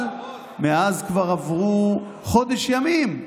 אבל מאז כבר עברו חודש ימים.